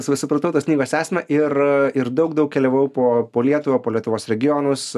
su supratau tos knygos esmę ir ir daug daug keliavau po po lietuvą po lietuvos regionus